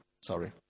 Sorry